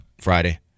Friday